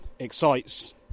excites